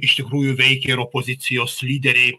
iš tikrųjų veikia opozicijos lyderiai